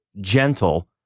gentle